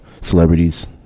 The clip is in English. celebrities